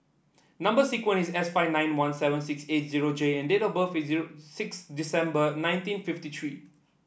number sequence is S five nine one seven six eight zero J and date of birth is zero six December nineteen fifty three